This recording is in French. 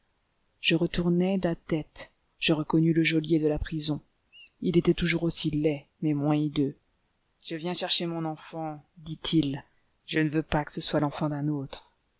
je retournai la tête je reconnus le geôlier de la prison il était toujours aussi laid mais moins hideux je viens chercher mon enfant dit-il je ne veux pas que ce soit l'enfant d'un autre